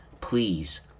please